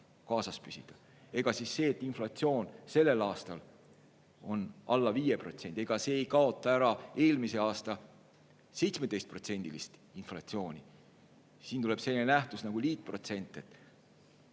kaasas püsida. Ega siis see, et inflatsioon sellel aastal on alla 5%, ei kaota ära eelmise aasta 17%‑list inflatsiooni. Siin tuleb teemaks selline nähtus nagu liitprotsent.